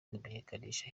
kumenyekanisha